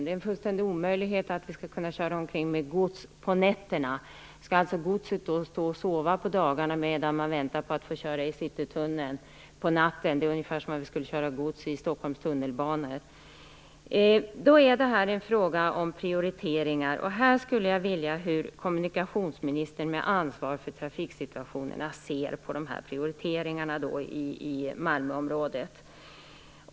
Det är en fullständig omöjlighet att man skall kunna köra omkring gods på nätterna. Skall godset stå och sova på dagarna medan man väntar på att få köra i Citytunneln på natten? Det vore ungefär som att man skulle köra gods i Stockholms tunnelbana. Detta är en fråga om prioriteringar. Jag skulle vilja veta hur kommunikationsministern, med ansvar för trafiksituationen, ser på dessa prioriteringar i Malmöområdet.